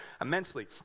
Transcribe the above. immensely